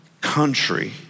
country